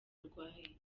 urwaye